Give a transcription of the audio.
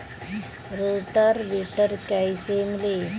Rotor weeder कईसे मिले?